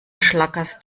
schlackerst